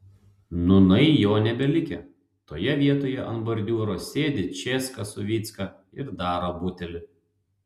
nūnai jo nebelikę toje vietoje ant bordiūro sėdi česka su vycka ir daro butelį